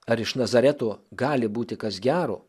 ar iš nazareto gali būti kas gero